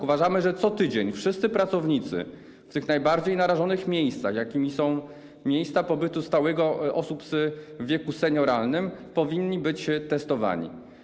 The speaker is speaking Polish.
Uważamy, że co tydzień wszyscy pracownicy w tych najbardziej narażonych miejscach, jakimi są miejsca pobytu stałego osób w wieku senioralnym, powinni być testowani.